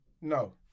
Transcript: No